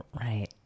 Right